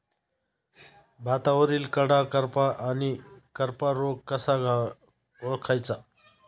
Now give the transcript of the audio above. भातावरील कडा करपा आणि करपा रोग कसा ओळखायचा?